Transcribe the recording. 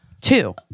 Two